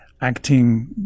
acting